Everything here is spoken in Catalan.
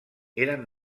eren